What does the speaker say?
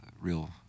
real